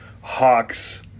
Hawks